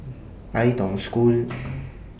Ai Tong School